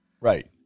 Right